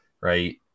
right